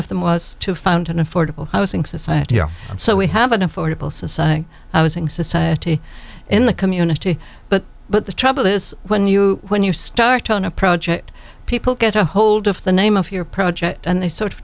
of them was to find an affordable housing society you know so we have an affordable society i was in society in the community but but the trouble is when you when you start on a project people get a hold of the name of your project and they sort of